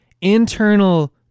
internal